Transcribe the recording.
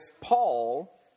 Paul